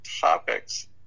topics